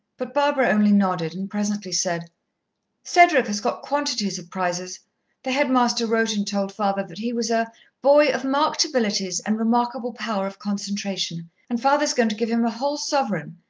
but barbara only nodded, and presently said cedric has got quantities of prizes the headmaster wrote and told father that he was a boy of marked abilities and remarkable power of concentration and father is going to give him a whole sovereign,